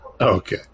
Okay